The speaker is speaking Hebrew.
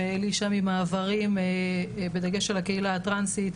עם אלישע ממעברים בדגש על הקהילה הטרנסית,